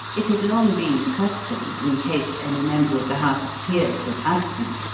it had long been the custom, in case any member of the house of peers was absent,